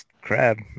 crab